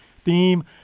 theme